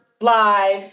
live